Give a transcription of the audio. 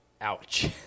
Ouch